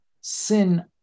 sin